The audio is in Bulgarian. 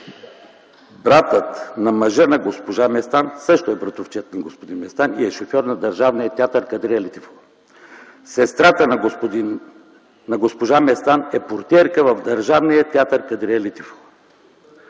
Братът на мъжа на госпожа Местан също е братовчед на господин Местан и е шофьор на Държавния театър „Кадрие Лятифова”. Сестрата на госпожа Местан е портиерка в Държавния театър „Кадрие Лятифова”.